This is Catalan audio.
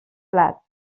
plat